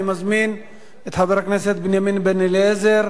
אני מזמין את חבר הכנסת בנימין בן-אליעזר.